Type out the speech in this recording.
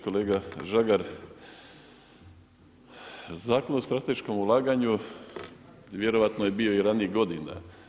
Kolega Žagar, Zakon o strateškom ulaganju vjerojatno je bio i ranijih godina.